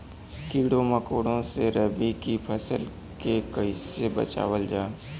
कीड़ों मकोड़ों से रबी की फसल के कइसे बचावल जा?